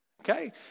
okay